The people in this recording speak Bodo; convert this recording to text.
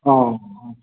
औ